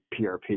PRP